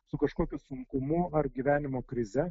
su kažkokiu sunkumu ar gyvenimo krize